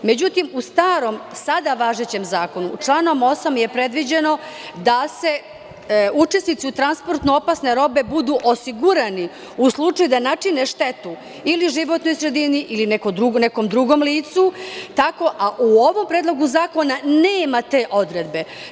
Međutim, u starom, sada važećem zakonu, članom 8. je predviđeno da učesnici transportno opasne robe budu osigurani u slučaju da načine štetu ili životnoj sredini ili nekom drugom licu, a u ovom predlogu zakona nema te odredbe.